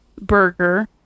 burger